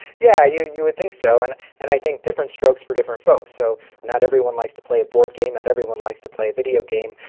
yeah you you would think so. and and i think different strokes for different folks. so not everyone likes to play a board game, not everyone likes to play a video game,